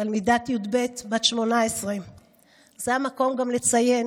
תלמידת י"ב, בת 18. זה המקום גם לציין